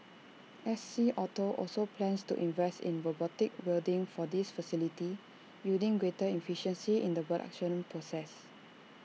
S C auto also plans to invest in robotic welding for this facility yielding greater efficiency in the production process